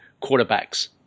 quarterbacks